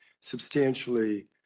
substantially